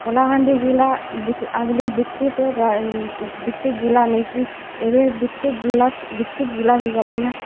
କଲାହାଣ୍ଡି ଜିଲ୍ଲା ଆଗ୍ଲି ବିକ୍ଶିତ୍ ବିକ୍ଶିତ୍ ଜିଲ୍ଲା ନାଇଁ ଥାଇ ଏବେ ବିକ୍ଶିତ୍ ଜିଲ୍ଲା ହେଇଗଲାନେ